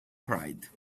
pride